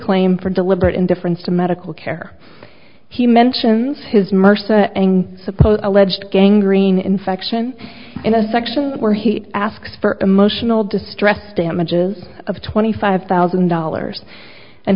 claim for deliberate indifference to medical care he mentions his mersa and supposed alleged gang green infection in a section where he asks for emotional distress damages of twenty five thousand dollars and